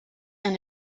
and